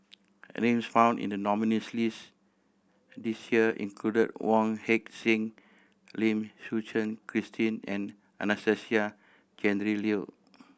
names found in the nominees' list this year include Wong Heck Sing Lim Suchen Christine and Anastasia Tjendri Liew